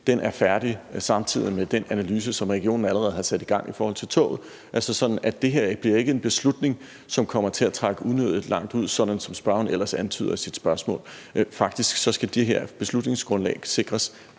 er færdig samtidig med den analyse, som regionen allerede har sat i gang i forhold til toget, sådan at det her ikke bliver en beslutning, som kommer til at trække unødigt længe ud, sådan som spørgeren ellers antyder i sit spørgsmål. Faktisk skal det her beslutningsgrundlag sikres